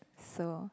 so